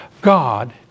God